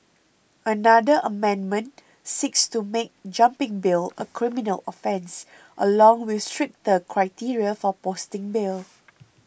another amendment seeks to make jumping bail a criminal offence along with stricter criteria for posting bail